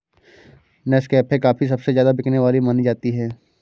Nescafe coffee सबसे ज्यादा बिकने वाली मानी जाती है